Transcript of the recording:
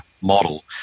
model